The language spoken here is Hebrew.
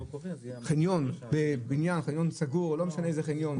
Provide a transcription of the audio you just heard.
חניון בבניין חניון סגור לא משנה איזה חניון,